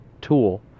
tool